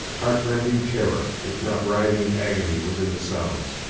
heart rending terror if not writhing agony was in the sounds,